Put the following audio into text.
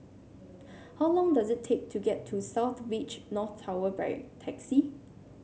how long does it take to get to South Beach North Tower by taxi